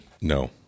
no